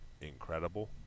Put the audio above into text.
incredible